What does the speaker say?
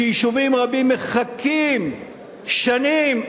שיישובים רבים מחכים להם שנים?